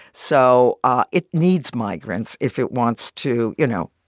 so ah it needs migrants if it wants to, you know,